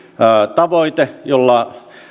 tavoite jolla